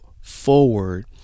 forward